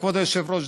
וכבוד היושב-ראש,